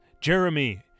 Jeremy